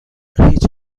هیچ